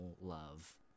love